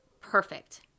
perfect